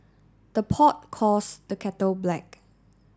the pot calls the kettle black